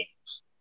games